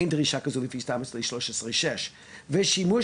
אין דרישה כזו לפי תמ"א 6/13. ושימוש